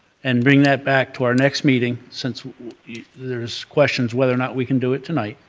and bring that back to our next meeting, since there's questions whether or not we can do it tonight.